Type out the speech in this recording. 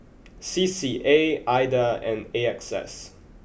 C C A Ida and A X S